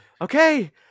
Okay